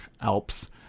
Alps